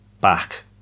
back